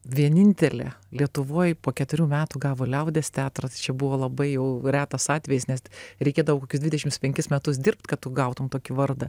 vienintelė lietuvoj po keturių metų gavo liaudies teatras čia buvo labai jau retas atvejis nes reikėdavo kokius dvidešimt penkis metus dirbt kad gautum tokį vardą